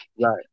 Right